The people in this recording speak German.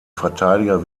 verteidiger